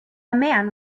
man